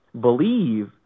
believe